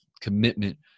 commitment